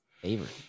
favorite